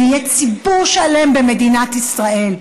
ויהיה ציבור שלם במדינת ישראל,